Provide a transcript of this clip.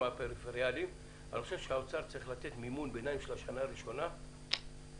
אני חושב שהאוצר צריך לתת מימון ביניים לשנה הראשונה לפחות